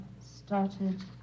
started